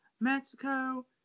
Mexico